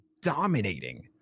dominating